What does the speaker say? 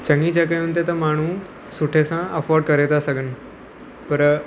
चङी जॻहियुनि ते त माण्हू सुठे सां अफोर्ड करे था सघनि पर